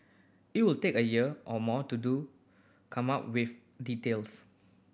it will take a year or more to do come up with details